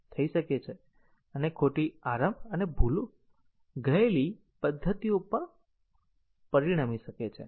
થઈ શકે છે અને ખોટી આરંભ અને ભૂલી ગયેલી પદ્ધતિઓ પણ પરિણમી શકે છે